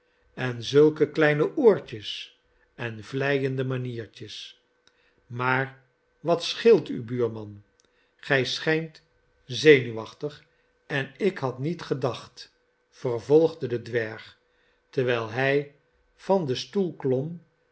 en zulke kleineoortjes en vleiende maniertjes maar wat scheelt u buurman gij schijnt zenuwachtig ik had niet gedacht vervolgde de dwerg terwijl hij van den stoel